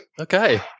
okay